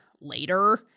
later